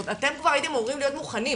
אתם כבר הייתם אמורים להיות מוכנים.